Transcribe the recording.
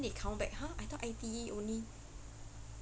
then they count back !huh! I thought I_T_E only